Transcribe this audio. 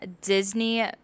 Disney